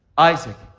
isaac,